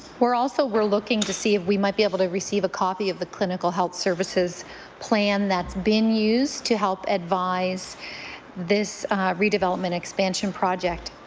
we're also looking to see if we might be able to receive a copy of the clinical health services plan that's been used to help advise this redevelopment expansion project.